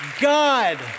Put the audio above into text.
God